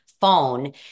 phone